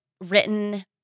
written